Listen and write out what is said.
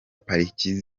pariki